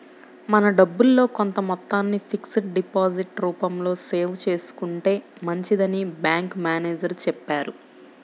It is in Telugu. మన డబ్బుల్లో కొంత మొత్తాన్ని ఫిక్స్డ్ డిపాజిట్ రూపంలో సేవ్ చేసుకుంటే మంచిదని బ్యాంకు మేనేజరు చెప్పారు